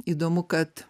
įdomu kad